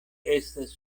estas